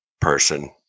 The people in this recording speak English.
person